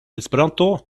esperanto